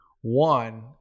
One